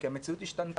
כי המציאות השתנתה.